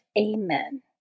Amen